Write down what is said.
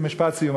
משפט סיום,